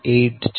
80 છે